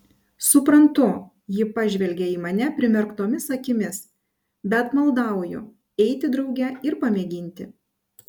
suprantu ji pažvelgė į mane primerktomis akimis bet maldauju eiti drauge ir pamėginti